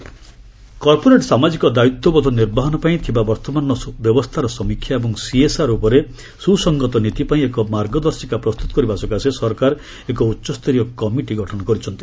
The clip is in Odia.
ଗୋଭ୍ଟ ସିଏସ୍ଆର୍ କର୍ପୋରେଟ୍ ସାମାଜିକ ଦାୟିତ୍ୱବୋଧ ନିର୍ବାହନପାଇଁ ଥିବା ବର୍ତ୍ତମାନର ବ୍ୟବସ୍ଥାର ସମୀକ୍ଷା ଏବଂ ସିଏସ୍ଆର୍ ଉପରେ ସୁସଙ୍ଗତ ନୀତି ପାଇଁ ଏକ ମାର୍ଗଦର୍ଶିକା ପ୍ରସ୍ତୁତ କରିବା ସକାଶେ ସରକାର ଏକ ଉଚ୍ଚସ୍ତରୀୟ କମିଟି ଗଠନ କରିଛନ୍ତି